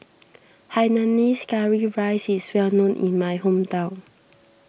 Hainanese Curry Rice is well known in my hometown